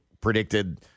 predicted